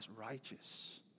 righteous